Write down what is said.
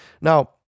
Now